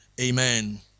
amen